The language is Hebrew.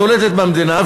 שולטת במדינה,